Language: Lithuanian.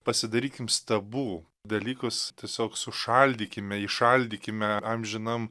pasidarykim stabų dalykus tiesiog sušaldykime įšaldykime amžinam